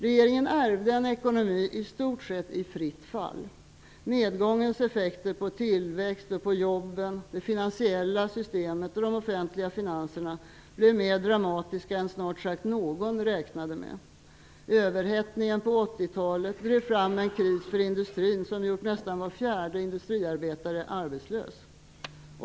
Regeringen ärvde en ekonomi i nästan fritt fall. Nedgångens effekter på tillväxt, jobben, det finansiella systemet och de offentliga finanserna blev mer dramatiska än vad snart sagt någon räknade med. Överhettningen på 80-talet drev fram en kris för industrin som gjort nästan var fjärde industriarbetare arbetslös.